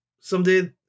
Someday